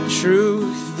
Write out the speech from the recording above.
truth